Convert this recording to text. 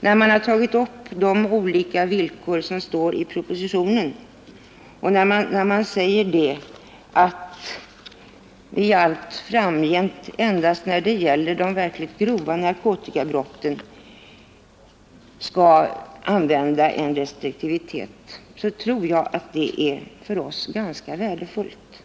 när utskottet har tagit upp de olika villkor som anges i propositionen för frigivning på halva tiden är ganska värdefullt. Utskottet anför att vi allt framgent endast när det gäller de verkligt grova narkotikabrotten skall använda en straffskärpning och tillämpa restriktivitet för halvtidsfrigivning.